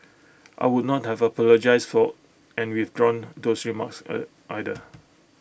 I would not have apologised for and withdrawn those remarks either